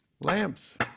Lamps